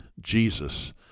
Jesus